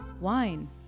wine